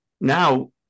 now